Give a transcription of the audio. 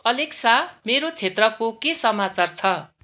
Alexa मेरो क्षेत्रको के समाचार छ